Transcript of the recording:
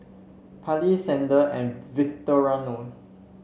Parley Xander and Victoriano